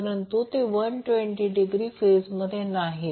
परंतु ते 120 डिग्री फेजमध्ये नाहीत